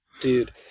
Dude